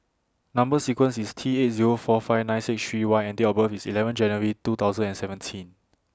Number sequence IS T eight Zero four five nine six three Y and Date of birth IS eleven January two thousand and seventeen